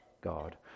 God